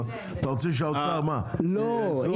מה אתה רוצה, שהאוצר יעזור לך?